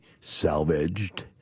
salvaged